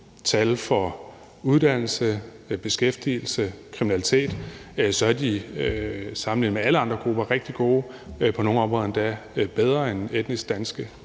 tal for uddannelse, beskæftigelse og kriminalitet, er de sammenlignet med alle andre grupper rigtig gode og på nogle områder endda bedre end etnisk danske